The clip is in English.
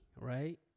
right